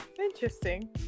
Interesting